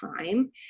time